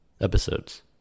episodes